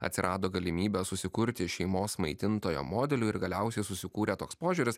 atsirado galimybė susikurti šeimos maitintojo modeliui ir galiausiai susikūrė toks požiūris